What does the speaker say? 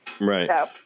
right